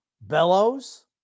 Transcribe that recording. Bellows